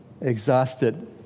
exhausted